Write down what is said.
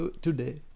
today